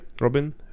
Robin